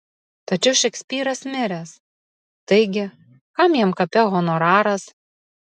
tačiau šekspyras miręs taigi kam jam kape honoraras